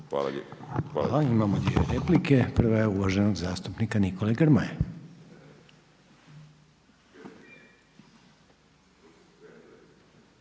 Hvala. Imamo dvije replike. Prva je uvaženog zastupnika Nikole Grmoje.